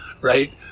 right